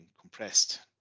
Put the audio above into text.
compressed